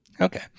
okay